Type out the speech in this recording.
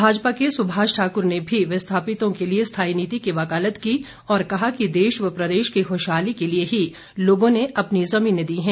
भाजपा के सुभाष ठाकुर ने भी विस्थापितों के लिए स्थायी नीति की वकालत की और कहा कि देश व प्रदेश की खुशहाली के लिए ही लोगों ने अपनी जमीने दी हैं